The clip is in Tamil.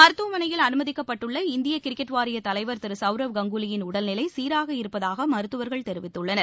மருத்துவ மனையில் அனுமதிக்கப்பட்டுள்ள இந்திய கிரிக்கெட் வாரிய தலைவர் திரு சவுரவ் கங்குலியின் உடல்நிலை சீராக இருப்பதாக மருத்துவர்கள் தெரிவித்துள்ளனர்